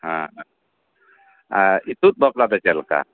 ᱦᱮᱸ ᱦᱮᱸ ᱚᱨ ᱤᱛᱩᱫ ᱵᱟᱯᱞᱟ ᱫᱚ ᱪᱮᱫ ᱞᱮᱠᱟ